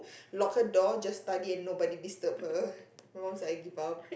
lock her door just study and nobody disturb her sometimes I give up